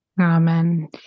Amen